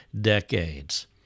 decades